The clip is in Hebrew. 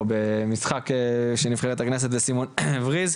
במשחק של נבחרת הכנסת וסימון הבריז.